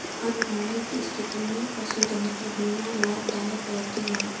अनहोनी की स्थिति में पशुधन की बीमा लाभदायक रहती है